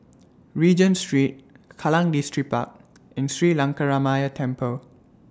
Regent Street Kallang Distripark and Sri Lankaramaya Temple